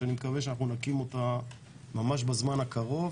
שאני מקווה שנקים אותה ממש בזמן הקרוב